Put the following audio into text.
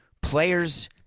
Players